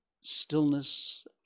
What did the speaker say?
stillness